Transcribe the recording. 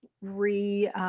re-